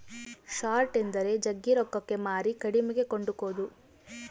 short ಎಂದರೆ ಜಗ್ಗಿ ರೊಕ್ಕಕ್ಕೆ ಮಾರಿ ಕಡಿಮೆಗೆ ಕೊಂಡುಕೊದು